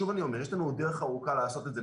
שוב אני אומר, יש לנו עוד דרך ארוכה לעשות את זה.